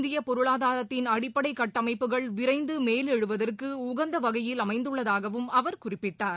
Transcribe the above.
இந்தியபொருளாதாரத்தின் அடிப்படைகட்டமைப்புகள் விரைந்துமேல் எழுவதற்குஉகந்தவகையில் அமைந்துள்ளதாகவும் அவர் குறிப்பிட்டார்